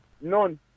None